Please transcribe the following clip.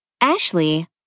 Ashley